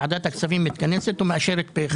ועדת הכספים מתכנסת ומאשרת פה אחד.